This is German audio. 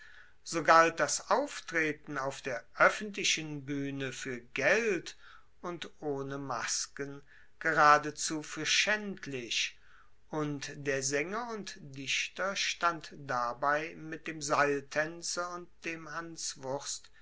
galt das auftreten auf der oeffentlichen buehne fuer geld und ohne masken geradezu fuer schaendlich und der saenger und dichter stand dabei mit dem seiltaenzer und dem hanswurst